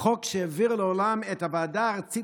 חוק שהביא לעולם את הוועדה הארצית